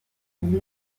même